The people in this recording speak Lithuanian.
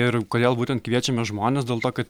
ir kodėl būtent kviečiame žmones dėl to kad